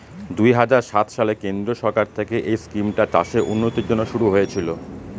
দুই হাজার সাত সালে কেন্দ্রীয় সরকার থেকে এই স্কিমটা চাষের উন্নতির জন্যে শুরু হয়েছিল